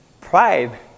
pride